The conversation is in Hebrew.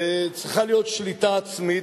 צריכה להיות שליטה עצמית.